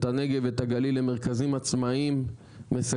את הנגב ואת הגליל למרכזים עצמאיים משגשגים,